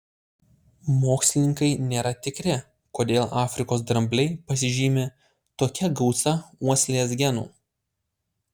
mokslininkai nėra tikri kodėl afrikos drambliai pasižymi tokia gausa uoslės genų